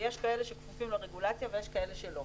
שיש כאלה שכפופים לרגולציה ויש כאלה שלא.